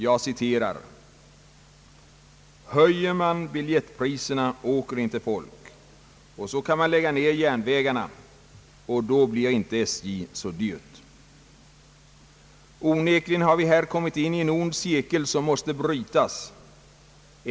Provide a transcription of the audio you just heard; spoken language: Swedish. Jag citerar: »Höjer man biljettpriserna åker inte folk och så kan man lägga ner järnvä garna och då blir inte SJ så dyrt.» Onekligen har vi här kommit in i en ond cirkel som måste brytas.